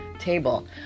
table